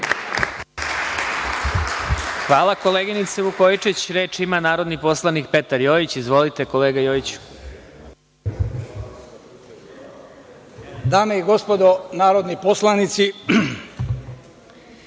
Hvala koleginice Vukojičić. Reč ima narodni poslanik Petar Jojić. **Petar Jojić** Dame i gospodo narodni poslanici,